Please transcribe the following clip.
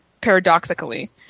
paradoxically